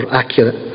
accurate